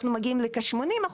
אנחנו מגיעים לכ-80%.